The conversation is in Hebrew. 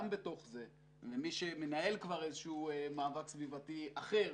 בתוך זה, למי שמנהל כבר מאבק סביבתי אחר